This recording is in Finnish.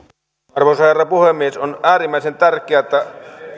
arvoisa herra puhemies on äärimmäisen tärkeää että